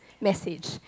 message